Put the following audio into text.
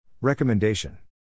Recommendation